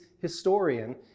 Historian